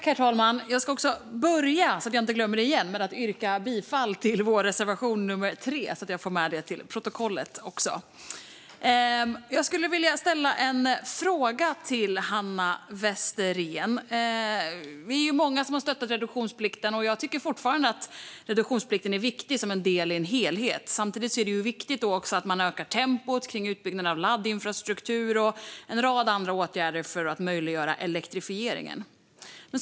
Herr talman! Jag ska börja med att yrka bifall till vår reservation nummer 3, så att det förs till protokollet. Jag skulle vilja ställa en fråga till Hanna Westerén. Vi är många som har stöttat reduktionsplikten, och jag tycker fortfarande att reduktionsplikten är viktig som en del i en helhet. Samtidigt är det viktigt att öka tempot kring utbyggnaden av laddinfrastruktur och en rad andra åtgärder för att möjliggöra elektrifieringen.